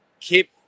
keep